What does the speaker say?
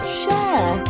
share